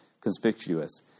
conspicuous